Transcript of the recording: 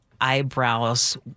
eyebrows